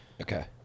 Okay